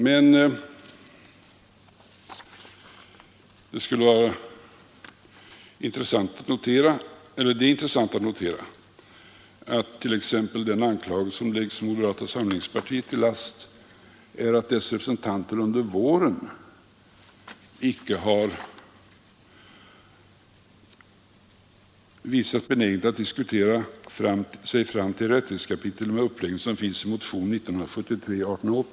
Men det är intressant att notera att den anklagelse som riktas mot moderata samlingspartiet är att dess representanter under våren icke har visat benägenhet att diskutera sig fram till ett rättighetskapitel med den uppläggning som finns i motionen 1880 till årets riksdag.